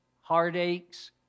heartaches